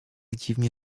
dziwnie